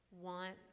want